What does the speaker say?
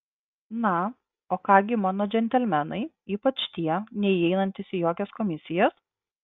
na o ką gi mano džentelmenai ypač tie neįeinantys į jokias komisijas